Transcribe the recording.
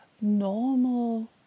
normal